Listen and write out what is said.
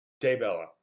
Daybella